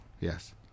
yes